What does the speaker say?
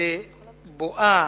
בבואה